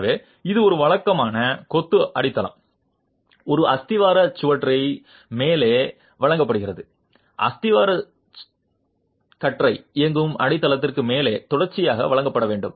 எனவே இது ஒரு வழக்கமான கொத்து அடித்தளம் ஒரு அஸ்திவார கற்றை மேலே வழங்கப்படுகிறது அஸ்திவார கற்றை இயங்கும் அடித்தளத்திற்கு மேலே தொடர்ந்து வழங்கப்பட வேண்டும்